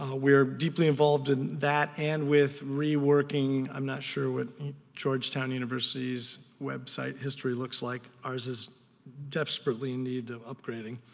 ah we are deeply involved with that and with reworking, i'm not sure what georgetown university's website history looks like, ours is desperately in need of upgrading,